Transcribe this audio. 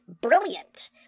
brilliant